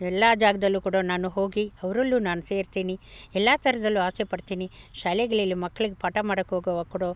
ಎಲ್ಲ ಜಾಗದಲ್ಲೂ ಕೂಡ ನಾನು ಹೋಗಿ ಅವರಲ್ಲೂ ನಾನು ಸೇರ್ತೀನಿ ಎಲ್ಲ ಥರದಲ್ಲೂ ಆಸೆ ಪಡ್ತೀನಿ ಶಾಲೆಗಳಲ್ಲಿ ಮಕ್ಳಿಗೆ ಪಾಠ ಮಾಡೋಕ್ಕೆ ಹೋಗುವಾಗ ಕೂಡ